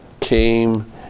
came